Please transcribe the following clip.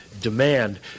demand